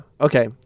Okay